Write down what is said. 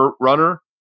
Runner